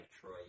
Troy